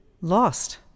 Lost